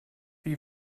wie